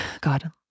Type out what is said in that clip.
God